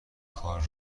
کار